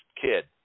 kid